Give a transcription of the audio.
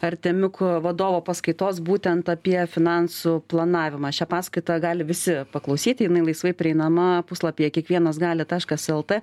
artemiuk vadovo paskaitos būtent apie finansų planavimą šią paskaitą gali visi paklausyti jinai laisvai prieinama puslapyje kiekvienas gali taškas lt